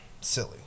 silly